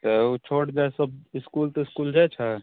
तऽ ओ छोट जाति सब इसकुल तिस्कूल जाइ छै